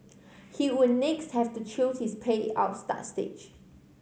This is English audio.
he would next have to choose his payout start age